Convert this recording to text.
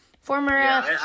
former